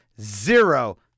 zero